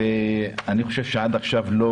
ואני חושב שעד עכשיו לא